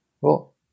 cool